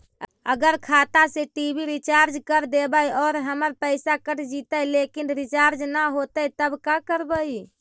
अगर खाता से टी.वी रिचार्ज कर देबै और हमर पैसा कट जितै लेकिन रिचार्ज न होतै तब का करबइ?